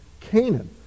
Canaan